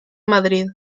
madrid